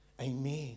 amen